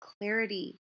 clarity